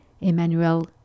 Emmanuel